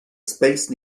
space